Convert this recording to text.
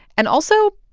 and also,